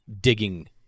digging